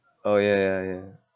oh ya ya ya